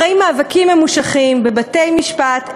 אחרי מאבקים ממושכים בבתי-משפט,